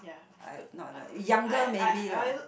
I not younger maybe lah